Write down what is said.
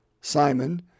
Simon